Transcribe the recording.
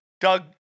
Doug